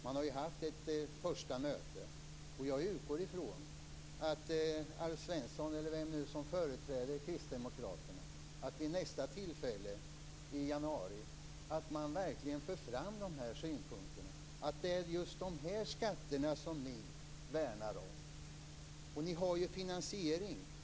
Man har haft ett första möte. Jag utgår från att Alf Svensson, eller den som företräder Kristdemokraterna, vid nästa tillfälle, i januari, verkligen för fram de här synpunkterna, att det är just de här skatterna som ni värnar om. Ni har ju finansiering.